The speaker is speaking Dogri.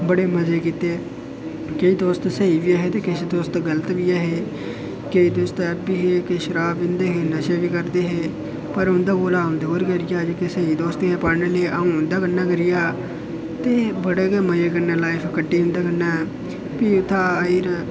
बड़े मजे कीते केईं दोस्त स्हेई बी ऐ हे ते किश दोस्त गलत बी ऐ हे केईं दोस्त ऐब्बी ऐ हे ते किश शराब पींदे हे नशे बी करदे हे पर उं'दे कोला अ'ऊं दूर गै रेहा जेह्के स्हेई दोस्त हे पढ़ने आह्ले अं'ऊ उं'दे कन्नै गै रेहा ते बड़े गै मजे कन्नै लाईफ कट्टी उं'दे कन्नै भी उत्थां आइयै